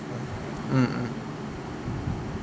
mm mm